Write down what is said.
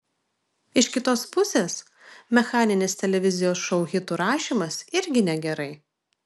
iš kitos pusės mechaninis televizijos šou hitų rašymas irgi negerai